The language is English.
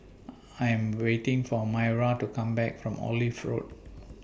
I Am waiting For Myra to Come Back from Olive Road